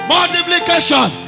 Multiplication